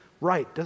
right